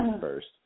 first